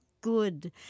good